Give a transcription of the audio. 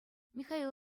михаил